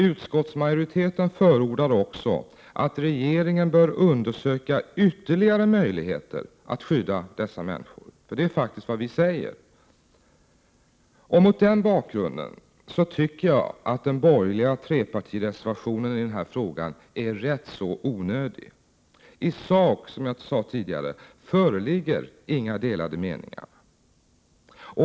Utskottsmajoriteten förordar också att regeringen bör undersöka ytterligare möjligheter att skydda dessa människor —- detta är faktiskt vad vi säger. Mot den bakgrunden tycker jag att den borgerliga trepartireservationen i den här frågan är rätt så onödig. I sak föreligger, som jag tidigare sade, inga delade meningar.